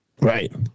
Right